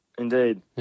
indeed